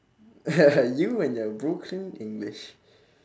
you and your broken english